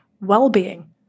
well-being